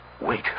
Wait